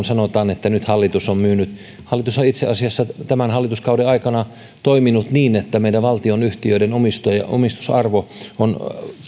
sanotaan että nyt hallitus on myynyt niin hallitushan on itse asiassa tämän hallituskauden aikana toiminut niin että meidän valtionyhtiöiden omistusarvo on